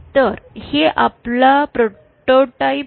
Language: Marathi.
तर हे आपल प्रोटोटाइप फंक्शन होते